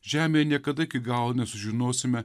žemėj niekada iki galo nesužinosime